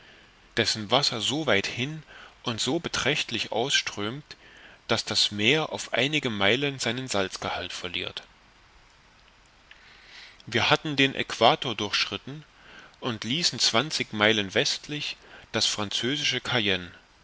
dessen wasser so weit hin und so beträchtlich ausströmt daß das meer auf einige meilen seinen salzgehalt verliert wir hatten den aequator durchschnitten und ließen zwanzig meilen westlich das französische cayenne